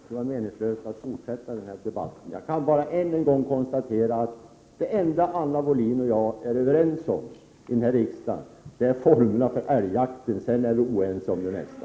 Herr talman! Det är meningslöst att fortsätta den här debatten. Jag kan bara ännu en gång konstatera att det enda som Anna Wohlin-Andersson och jag är överens om här i riksdagen är formerna för älgjakten. I övrigt är vi oense om det mesta.